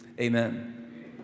Amen